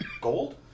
gold